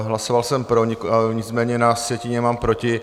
Hlasoval jsem pro, nicméně na sjetině mám proti.